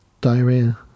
Diarrhea